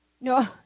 No